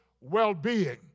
well-being